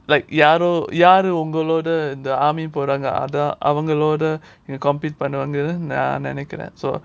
like யாரோ யாரு உங்களோட:yaaro yaaru ungaloda and the army போறாங்க அதான் அவங்களோட:poraanga athaan avangaloda you compete பண்ணவங்க நான் நெனைக்கிறேன்:pannavanga naan nenaikkiraen so